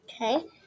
Okay